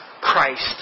Christ